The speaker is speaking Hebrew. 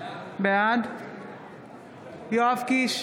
בעד יואב קיש,